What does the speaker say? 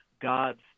God's